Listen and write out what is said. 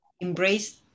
embrace